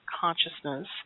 consciousness